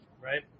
right